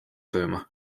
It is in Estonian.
sööma